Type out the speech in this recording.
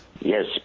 Yes